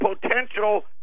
potential